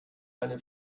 eine